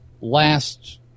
last